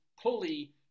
pulley